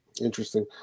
Interesting